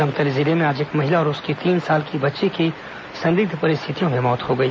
धमतरी जिले में आज एक महिला और उसकी तीन साल की बच्ची की संदिग्ध परिस्थितियों में मौत हो गई